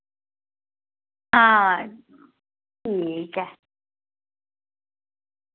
हां ठीक ऐ